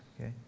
okay